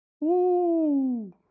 Woo